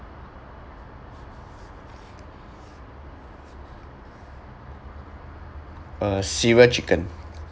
uh cereal chicken